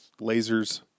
lasers